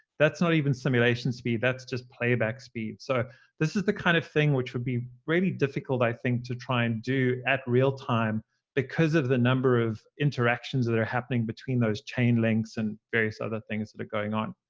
that's not even simulation speed. that's just playback speed. so this is the kind of thing which would be really difficult, i think, to try and do at real-time because of the number of interactions that are happening between those chain lengths and various other things that are going on.